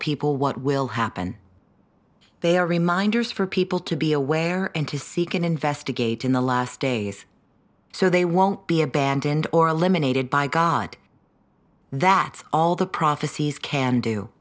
people what will happen they are reminders for people to be aware and to seek and investigate in the last days so they won't be abandoned or eliminated by god that all the prophecies can do